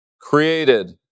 created